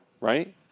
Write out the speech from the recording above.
right